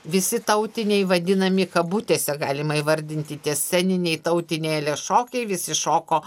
visi tautiniai vadinami kabutėse galima įvardinti tie sceniniai tautiniai šokiai visi šoko